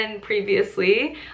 previously